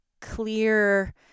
clear